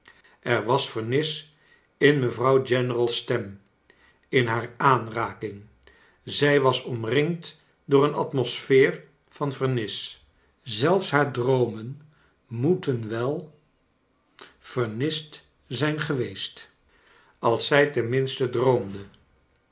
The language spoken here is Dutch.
er was vernis in mevrouw general's stem in haar aanraking zij was omringd door een atmosfeer van vernis zelfs haar droomen moeten wel vernist zijn geweest als zij tenminste droomde